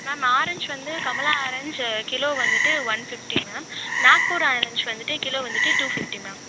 ma'am orange வந்து கமலா orange kilo வந்துவிட்டு one fifty ma'am Nagpur orange வந்துட்டு கிலோ வந்துவிட்டு டு ஃபிஃப்டி மேம்